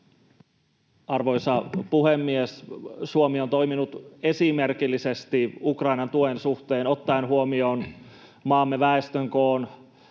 Arvoisa puhemies! Suomi on toiminut esimerkillisesti Ukrainan tuen suhteen ottaen huomioon maamme väestön koon,